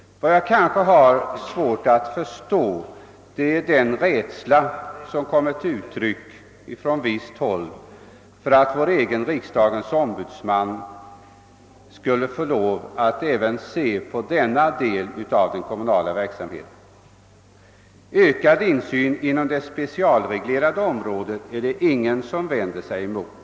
Vad jag kanske har svårt att förstå är den rädsla som har kommit till uttryck från visst håll för att vår egen riksdagens ombudsman skulle få lov att även se på denna del av den kommunala verksamheten. Ökad insyn inom det specialreglerade området är det ingen som vänder sig emot.